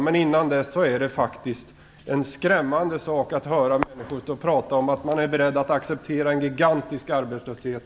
Intill dess är det faktiskt skrämmande att höra människor stå och säga att de i den här frågan är beredda att acceptera en gigantisk arbetslöshet.